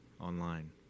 online